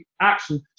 action